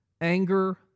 Anger